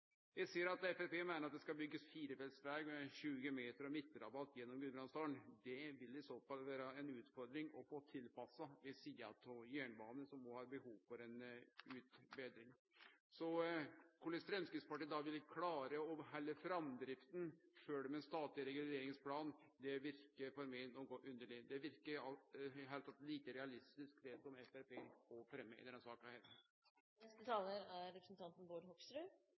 Eg ser at Framstegspartiet meiner at det skal byggjast ein firefelts veg på 20 m med midtrabatt gjennom Gudbrandsdalen. Det vil i så fall vere ei utfordring å få det tilpassa ved sidan av jernbanen, som no har behov for ei utbetring. Så korleis Framstegspartiet da ville klare å halde framdrifta sjølv med ein statleg reguleringsplan, verkar på meg noko underleg. Det verker i det heile like realistisk det som det Framstegspartiet fremjer i denne saka. Jeg kunne kanskje hatt med meg flagget opp her